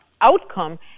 outcome